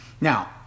Now